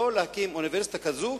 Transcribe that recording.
שלא להקים אוניברסיטה כזאת,